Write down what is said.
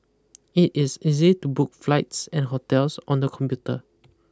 it is easy to book flights and hotels on the computer